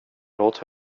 låt